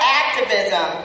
activism